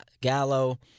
Gallo